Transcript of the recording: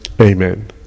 Amen